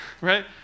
right